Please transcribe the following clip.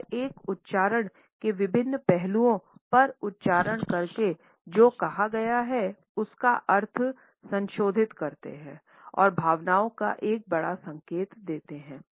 और एक उच्चारण के विभिन्न पहलुओं पर उच्चारण करके जो कहा गया है उसका अर्थ संशोधित करती है और भावनाओं का एक बड़ा संकेत देती है